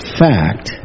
fact